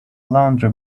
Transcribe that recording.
laundry